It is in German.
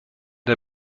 der